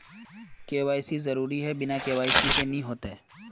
KYC जरुरी है बिना के.वाई.सी के नहीं होते?